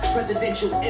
Presidential